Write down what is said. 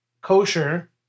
kosher